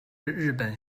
日本